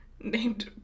named